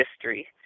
history